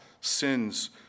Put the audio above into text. sin's